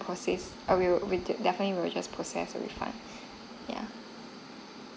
process err we will we de~ definitely we will just process the refund yeah